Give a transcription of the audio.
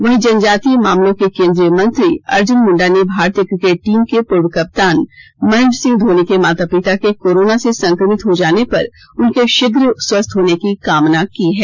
वहीं जनजातीय मामलों के केंद्रीय मंत्री अर्जुन मुंडा ने भारतीय क्रिकेट टीम के पूर्व कप्तान महेंद्र सिंह धोनी के माता पिता के कोरोना से संक्रमित हो जाने पर उनके शीघ्र स्वस्थ होने की कामना की है